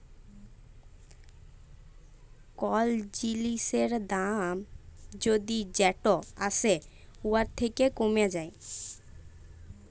call জিলিসের দাম যদি যেট আসে উয়ার থ্যাকে কমে যায়